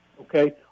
okay